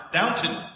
Downton